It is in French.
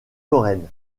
lorraine